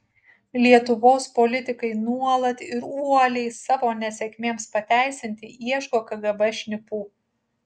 lietuvos politikai nuolat ir uoliai savo nesėkmėms pateisinti ieško kgb šnipų